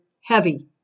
heavy